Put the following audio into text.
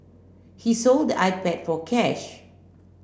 he sold the iPad for cash